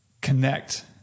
connect